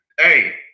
hey